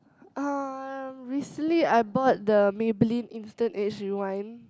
uh recently I bought the Maybelline instant age rewind